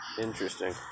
Interesting